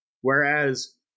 whereas